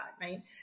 right